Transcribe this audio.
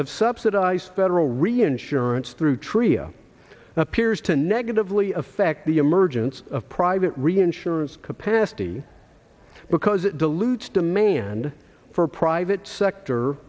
of subsidized federal reinsurance through tria appears to negatively affect the emergence of private reinsurance capacity because it dilutes demand for private sector